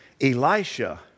Elisha